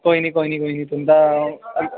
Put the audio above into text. कोई नेईं कोई नेईं कोई नेईं तुं'दा